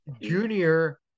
Junior